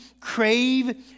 crave